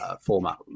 format